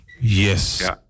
Yes